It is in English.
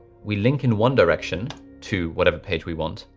we link in one direction to whatever page we want,